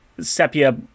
sepia